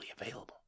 available